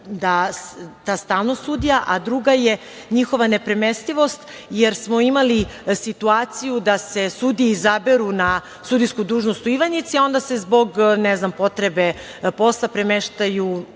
ta stalnost sudija, a druga je njihova nepremestivost, jer smo imali situaciju da se sudije izaberu na sudijsku dužnost u Ivanjici, a onda se zbog, ne znam, potrebe posla premeštaju